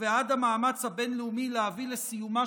ובעד המאמץ הבין-לאומי להביא לסיומה